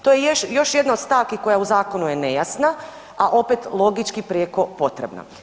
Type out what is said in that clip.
To je još jedna od stavki koja je u zakonu nejasna, a opet logički prijeko potrebna.